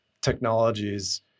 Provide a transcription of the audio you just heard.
technologies